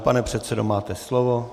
Pane předsedo, máte slovo.